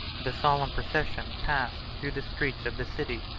the solemn procession passed through the streets of the city,